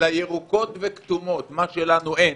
אלא ירוקות וכתומות, מה שלנו אין,